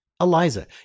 Eliza